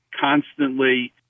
constantly